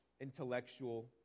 intellectual